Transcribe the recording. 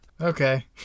okay